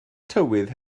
tywydd